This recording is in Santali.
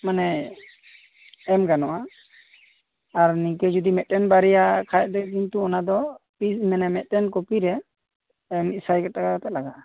ᱢᱟᱱᱮ ᱮᱢ ᱜᱟᱱᱚᱜᱼᱟ ᱟᱨ ᱱᱤᱝᱠᱟ ᱡᱩᱫᱤ ᱢᱤᱫᱴᱟᱱ ᱵᱟᱨᱭᱟ ᱠᱷᱟᱱ ᱫᱚ ᱠᱤᱱᱛᱩ ᱚᱱᱟᱫᱚ ᱢᱟᱱᱮ ᱢᱤᱫᱴᱮᱱ ᱠᱚᱯᱤᱨᱮ ᱮᱸ ᱢᱤᱫ ᱥᱟᱭ ᱴᱟᱠᱟ ᱠᱟᱛᱮ ᱞᱟᱜᱟᱜ ᱟ